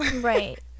right